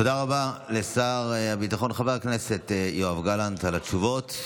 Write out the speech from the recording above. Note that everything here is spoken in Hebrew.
תודה רבה לשר הביטחון יואב גלנט על התשובות.